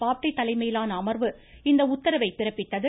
பாப்டே தலைமையிலான அமர்வு இந்த உத்தரவை பிறப்பித்துள்ளது